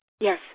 Yes